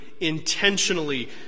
intentionally